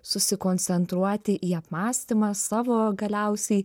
susikoncentruoti į apmąstymą savo galiausiai